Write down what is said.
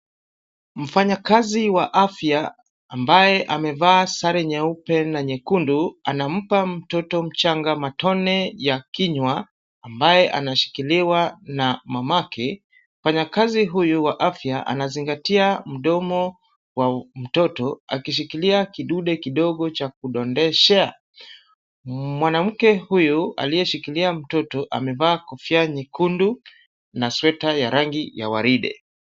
Mfanyakazi wa afya ambaye amevaa sare nyeupe na nyekundu anampa mtoto mchanga matone ya kinywa, ambaye anashikiliwa na mamake fanyakazi huyu wa afya anazingatia mdomo wa mtoto, akishikilia kidude kidogo cha kudondeshea ,mwanamke huyu aliyeshikilia mtoto amevaa kofia nyekundu na sweta ya rangi ya waride.